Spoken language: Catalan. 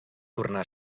tornar